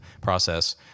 process